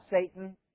Satan